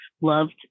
loved